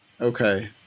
Okay